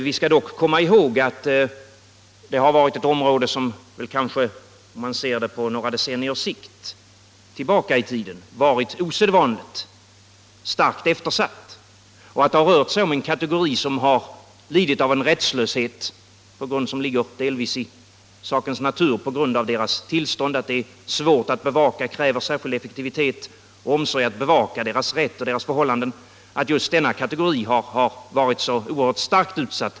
Vi skall dock komma ihåg att det, om man ser några decennier tillbaka i tiden, har varit ett osedvanligt starkt eftersatt område och att det rör sig om en kategori barn som har varit rättslös. Det ligger delvis i sakens natur — deras tillstånd kräver särskild effektivitet och omsorg om deras rätt skall kunna bevakas.